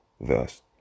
Thus